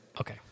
Okay